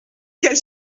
quelle